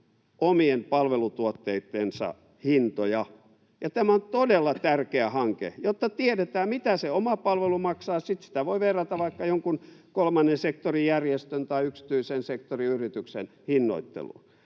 omien palvelutuotteittensa hintoja. Ja tämä on todella tärkeä hanke, jotta tiedetään, mitä se oma palvelu maksaa. Sitten sitä voi verrata vaikka jonkun kolmannen sektorin järjestön tai yksityisen sektorin yrityksen hinnoitteluun.